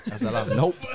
nope